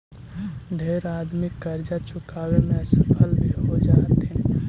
ढेर आदमी करजा चुकाबे में असफल भी हो जा हथिन